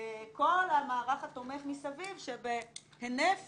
כל המערך התומך מסביב, שבהינף